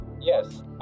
Yes